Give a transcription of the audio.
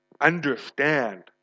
Understand